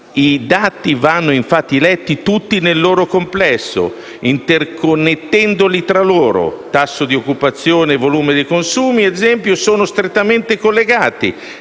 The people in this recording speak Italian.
I dati vanno, infatti, letti tutti nel loro complesso, interconnettendoli tra loro. Tasso di occupazione e volume dei consumi, ad esempio, sono strettamente collegati